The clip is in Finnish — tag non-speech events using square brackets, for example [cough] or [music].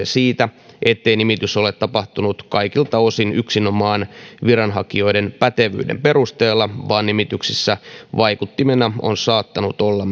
[unintelligible] siitä ettei nimitys ole tapahtunut kaikilta osin yksinomaan viranhakijoiden pätevyyden perusteella vaan nimityksissä vaikuttimena on saattanut olla [unintelligible]